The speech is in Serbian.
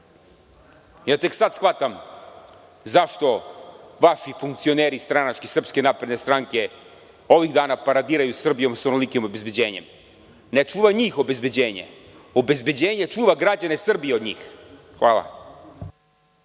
Ja tek sad shvatam zašto vaši funkcioneri, stranački, SNS-a ovih dana paradiraju Srbijom sa onolikim obezbeđenjem. Ne čuva njih obezbeđenje. Obezbeđenje čuva građane Srbije od njih. Hvala.